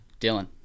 Dylan